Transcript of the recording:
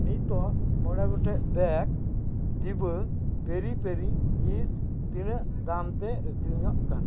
ᱱᱤᱛᱳᱜ ᱢᱚᱬᱮ ᱜᱚᱴᱮᱱ ᱵᱮᱜᱽᱥ ᱰᱤᱵᱷᱟ ᱯᱮᱨᱤ ᱯᱮᱨᱤ ᱪᱤᱯᱥ ᱛᱤᱱᱟᱹᱜ ᱫᱟᱢᱛᱮ ᱟᱹᱠᱷᱨᱤᱧᱚᱜᱼ ᱠᱟᱱᱟ